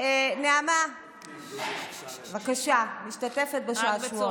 נעמה, בבקשה, משתתפת בשעשועון.